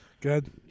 Good